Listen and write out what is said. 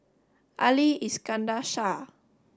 Ali Iskandar Shah